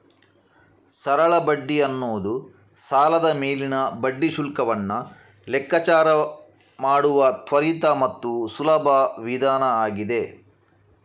ಸರಳ ಬಡ್ಡಿ ಅನ್ನುದು ಸಾಲದ ಮೇಲಿನ ಬಡ್ಡಿ ಶುಲ್ಕವನ್ನ ಲೆಕ್ಕಾಚಾರ ಮಾಡುವ ತ್ವರಿತ ಮತ್ತು ಸುಲಭ ವಿಧಾನ ಆಗಿದೆ